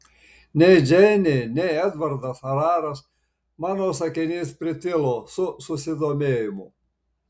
nei džeinė nei edvardas ar aras mano sakinys pritilo su susidomėjimu